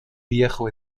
viejo